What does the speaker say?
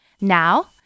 Now